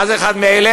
מה זה אחד מאלה?